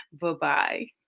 Bye-bye